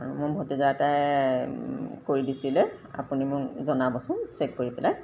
আৰু মোৰ ভতিজা এটাই কৰি দিছিল আপুনি মোক জনাবচোন চেক কৰি পেলাই